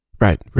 Right